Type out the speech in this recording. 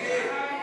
איציק שמולי,